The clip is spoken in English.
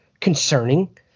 concerning